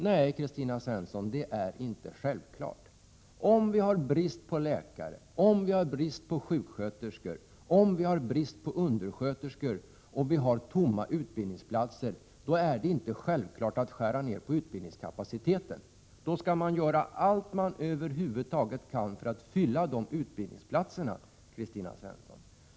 Nej, Kristina Svensson, om vi har brist på läkare, om vi har brist på sjuksköterskor, om vi har brist på undersköterskor och om vi har tomma utbildningsplatser, så är det inte självklart att man skall skära ned på utbildningskapaciteten. Då skall man göra allt man över huvud taget kan för att fylla utbildningsplatserna, Kristina Svensson.